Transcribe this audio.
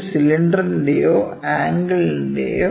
ഒരു സിലിണ്ടറിന്റെയോ ആംഗിളിന്റെയോ